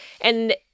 And-